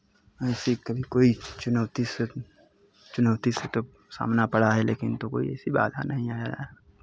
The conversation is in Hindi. ऐसी कभी कोई चुनौती से चुनौती से तब सामना पड़ा है लेकिन तो कोई ऐसी बाधा नहीं आया है